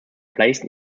placed